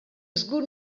żgur